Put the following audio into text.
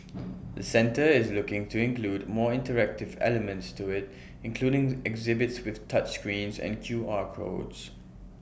the centre is looking to include more interactive elements to IT including exhibits with touch screens and Q R codes